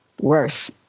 worse